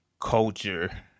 culture